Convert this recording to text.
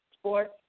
sports